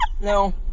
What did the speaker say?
No